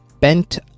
Bent